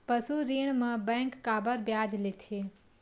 पशु ऋण म बैंक काबर ब्याज लेथे?